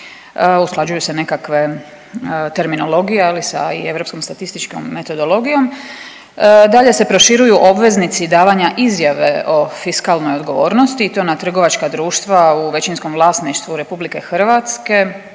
usklađuju se nekakve terminologije, ali sa i europskom statističkom metodologijom. Dalje se proširuju obveznici davanja izjave o fiskalnoj odgovornosti i to na trgovačka društva u većinskom vlasništvu RH, državnih